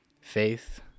faith